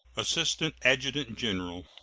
assistant adjutant-general.